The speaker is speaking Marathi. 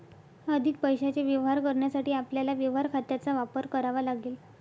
अधिक पैशाचे व्यवहार करण्यासाठी आपल्याला व्यवहार खात्यांचा वापर करावा लागेल